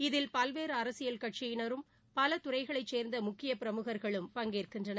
இதில் பல்வேறு அரசியல் கட்சியினரும் பல துறைகளைச் சேர்ந்த முக்கிய பிரமுக்களும் பங்கேற்கின்றன்